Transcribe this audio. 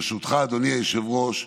ברשותך, אדוני היושב-ראש,